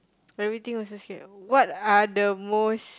everything also scared what are the most